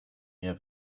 mir